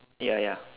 ya ya